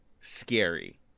scary